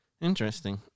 Interesting